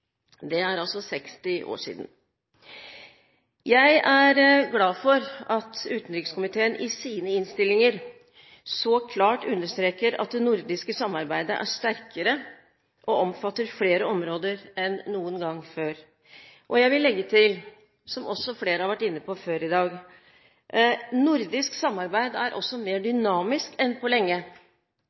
Det er altså 60 år siden. Jeg er glad for at utenrikskomiteen i sine innstillinger så klart understreker at det nordiske samarbeidet er sterkere og omfatter flere områder enn noen gang før. Og jeg vil legge til, som også flere har vært inne på før i dag, at nordisk samarbeid er også mer dynamisk enn på lenge,